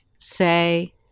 say